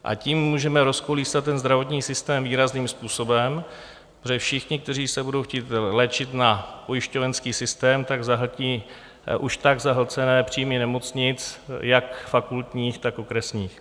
A tím můžeme rozkolísat ten zdravotní systém výrazným způsobem, protože všichni, kteří se budou chtít léčit na pojišťovenský systém, tak zahltí už tak zahlcené příjmy nemocnic jak fakultních, tak okresních.